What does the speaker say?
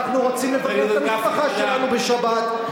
אנחנו רוצים לבקר את המשפחה שלנו בשבת.